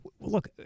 Look